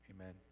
amen